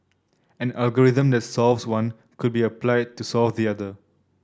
an algorithm that solves one could be applied to solve the other